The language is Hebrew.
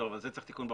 לזה צריך תיקון בחוק.